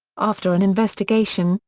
after an investigation,